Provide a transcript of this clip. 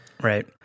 Right